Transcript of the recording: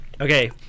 Okay